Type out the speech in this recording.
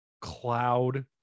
cloud